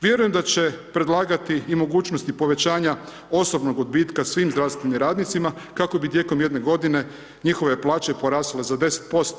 Vjerujem da će predlagati i mogućnosti povećanja osobnog odbitka svim zdravstvenim radnicima kako bi tijekom jedne godine njihove plaće porasle za 10%